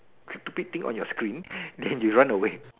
stupid thing on your screen then you run away